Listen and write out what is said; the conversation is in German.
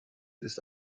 ist